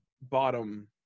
bottom